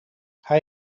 hij